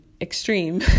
extreme